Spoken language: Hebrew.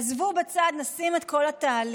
עזבו בצד, נשים בצד את כל התהליך.